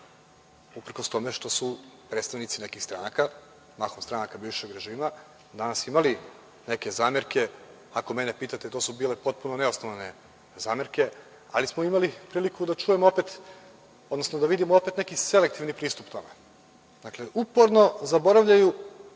uprkos tome što su predstavnici nekih stranaka, mahom stranaka bivšeg režima, danas imali neke zamerke. Ako mene pitate, to su bile potpuno neosnovane zamerke. Ali, imali smo priliku da čujemo opet, odnosno da vidimo opet neki selektivni pristup tome. Dakle, uporno zaboravljaju